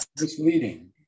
misleading